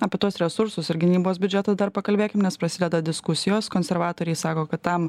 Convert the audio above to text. apie tuos resursus ir gynybos biudžetą dar pakalbėkim nes prasideda diskusijos konservatoriai sako kad tam